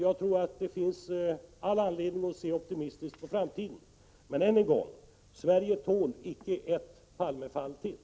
Jag tror att det finns all anledning att se optimistiskt på framtiden. Men än en gång: Sverige tål icke ett Palmefall till.